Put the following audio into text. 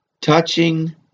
Touching